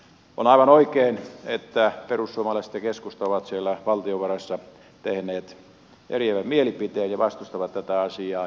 on aivan oikein että perussuomalaiset ja keskusta ovat siellä valtiovaroissa tehneet eriävän mielipiteen ja vastustavat tätä asiaa